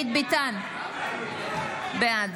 בעד